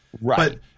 Right